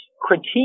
critique